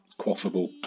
quaffable